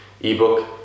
ebook